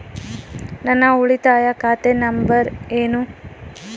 ನನ್ನ ಉಳಿತಾಯ ಖಾತೆ ನಂಬರ್ ಏನು?